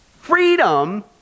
Freedom